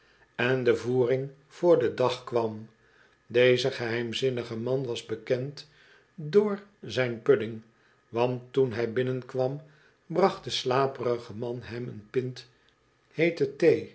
en de voering voor den dag kwam deze geheimzinnige man was bekend door zijn pudding want toen hij binnenkwam bracht de slaperige man hem een pint heete